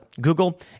Google